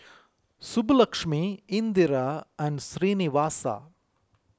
Subbulakshmi Indira and Srinivasa